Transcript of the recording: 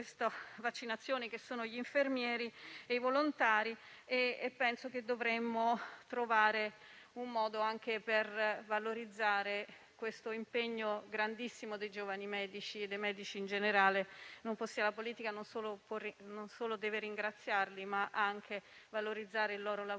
vaccinazioni che sono gli infermieri e i volontari. Penso quindi che dovremmo trovare un modo - ripeto - per valorizzare l'impegno grandissimo dei giovani medici e dei medici in generale. La politica non solo deve ringraziarli, ma anche valorizzare il lavoro